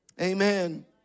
Amen